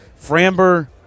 Framber